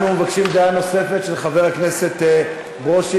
אנחנו מבקשים דעה נוספת של חבר הכנסת ברושי,